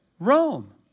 Rome